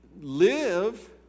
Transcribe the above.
live